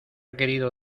querido